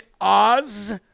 Oz